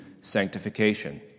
sanctification